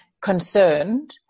concerned